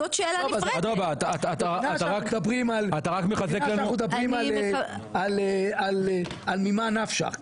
אנחנו מדברים על ממה נפשך,